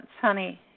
honey